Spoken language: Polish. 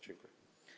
Dziękuję.